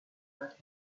bad